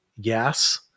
yes